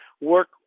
work